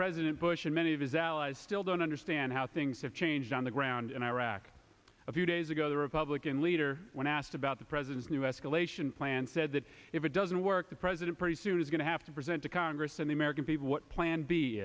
president bush and many of his allies still don't understand how things have changed on the ground in iraq a few days ago the republican leader when asked about the president's new escalation plan said that if it doesn't work the president pretty soon is going to have to present to congress and the american people what plan b